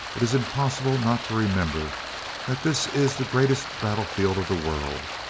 it is impossible not to remember that this is the greatest battlefield of the world,